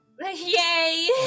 Yay